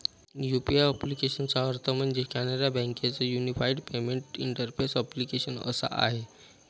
UPI ॲप्लिकेशनचा अर्थ म्हणजे, कॅनरा बँके च युनिफाईड पेमेंट इंटरफेस ॲप्लीकेशन असा आहे